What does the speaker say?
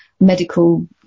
medical